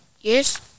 Yes